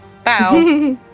Bow